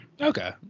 Okay